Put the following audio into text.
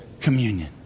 communion